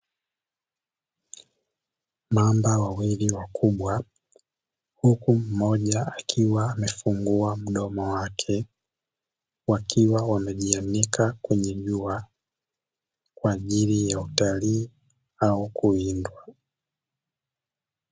Mamba wawili wakubwa huku mmoja akiwa amefungua mdomo wake, wakiwa wamejianika kwenye jua kwa ajili ya utalii au kuwinda.